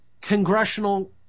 congressional